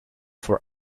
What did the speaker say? for